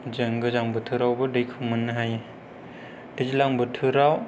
जों गोजां बोथोरावबो दैखौ मोननो हायो दैज्लां बोथोराव